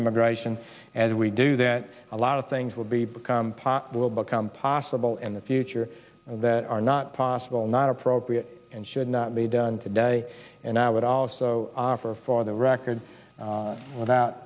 immigration as we do that a lot of things will be become part will become possible in the future that are not possible not appropriate and should not be done today and i would also offer for the record without